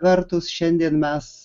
vertus šiandien mes